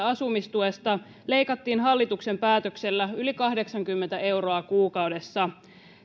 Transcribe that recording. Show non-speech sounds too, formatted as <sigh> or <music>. <unintelligible> asumistuesta leikattiin hallituksen päätöksellä yli kahdeksankymmentä euroa kuukaudessa